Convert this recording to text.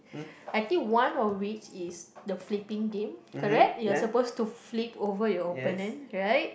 I think one of which is the flipping game correct you're supposed to flip over your opponent right